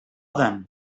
then